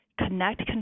connect